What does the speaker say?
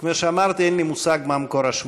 כמו שאמרתי, אין לי מושג מה מקור השמועות.